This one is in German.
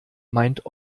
meint